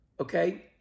okay